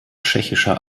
tschechischer